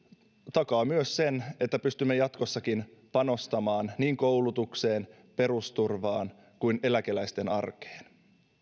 takaa myös sen että pystymme jatkossakin panostamaan niin koulutukseen perusturvaan kuin eläkeläisten arkeen